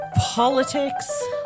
politics